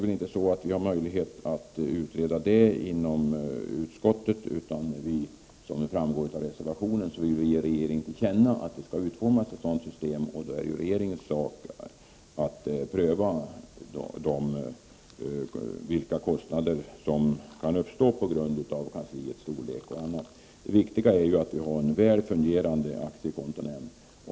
Vi har inte möjlighet att utreda det inom utskottet, utan vi vill, som framgår av reservationen, ge regeringen till känna att det skall utformas ett sådant system, och då är det regeringens sak att pröva vilka kostnader som kan uppkomma på grund av kansliets storlek. Det viktiga är att aktiekontonämnden fungerar väl.